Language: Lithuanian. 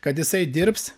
kad jisai dirbs